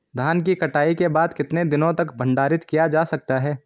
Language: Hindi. धान की कटाई के बाद कितने दिनों तक भंडारित किया जा सकता है?